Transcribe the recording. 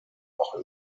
noch